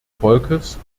volkes